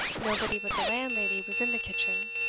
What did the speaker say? nobody but the landlady was in the kitchen.